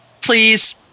please